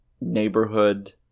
neighborhood